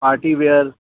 party wear